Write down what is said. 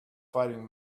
fighting